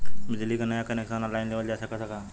बिजली क नया कनेक्शन ऑनलाइन लेवल जा सकत ह का?